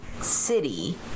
city